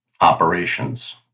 operations